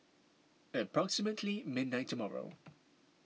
approximately midnight tomorrow